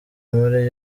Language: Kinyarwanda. muri